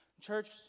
Church